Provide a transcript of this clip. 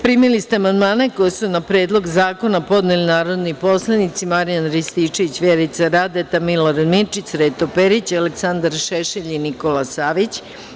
Primili ste amandmane koje su na Predlog zakona podneli narodni poslanici Marijan Rističević, Vjerica Radeta, Milorad Mirčić, Sreto Perić, Aleksandar Šešelj i Nikola Savić.